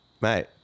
Mate